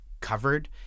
covered